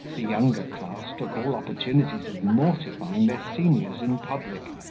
the younger class took all opportunities of mortifying their seniors in public,